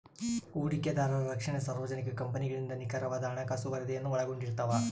ಹೂಡಿಕೆದಾರರ ರಕ್ಷಣೆ ಸಾರ್ವಜನಿಕ ಕಂಪನಿಗಳಿಂದ ನಿಖರವಾದ ಹಣಕಾಸು ವರದಿಯನ್ನು ಒಳಗೊಂಡಿರ್ತವ